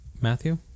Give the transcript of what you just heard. Matthew